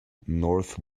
north